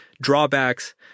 drawbacks